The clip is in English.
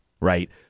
Right